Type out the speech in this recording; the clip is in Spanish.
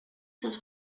sus